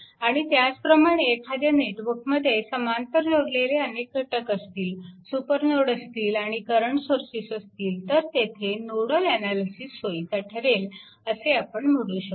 आणि त्याचप्रमाणे एखाद्या नेटवर्कमध्ये समांतर जोडलेले अनेक घटक असतील सुपरनोड असतील आणि करंट सोर्सेस असतील तर तेथे नोडल अनालिसिस सोयीचा ठरेल असे आपण म्हणू शकतो